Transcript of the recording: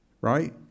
right